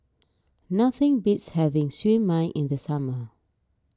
nothing beats having Siew Mai in the summer